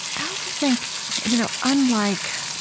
and also think you know unlike,